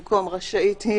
במקום:"רשאית היא",